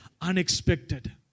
unexpected